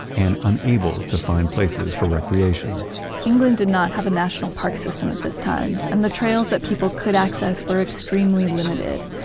and unable to find places for recreation england did not have a national park system at this time, and the trails that people could access were extremely limited.